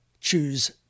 choose